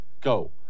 Go